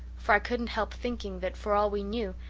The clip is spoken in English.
for i couldn't help thinking that, for all we knew,